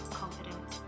confidence